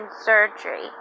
surgery